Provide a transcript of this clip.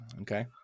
Okay